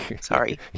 Sorry